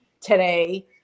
today